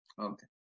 Okay